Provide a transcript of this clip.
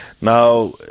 Now